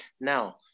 now